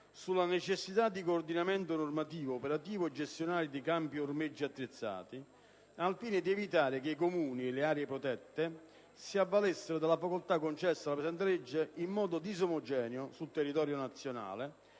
sulla necessità di coordinamento normativo, operativo e gestionale dei campi ormeggi attrezzati, al fine di evitare che i Comuni e le aree protette si avvalgano della facoltà concessa dalla presente legge in modo disomogeneo sul territorio nazionale